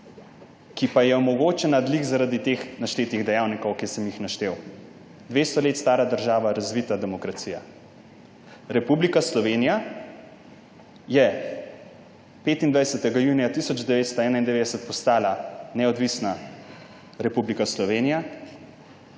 ki pa je omogočena prav zaradi teh naštetih dejavnikov, ki sem jih naštel. 200 let stara država, razvita demokracija. Republika Slovenija je 25. junija 1991 postala neodvisna Republika Slovenija,